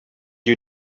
you